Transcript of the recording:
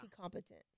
competent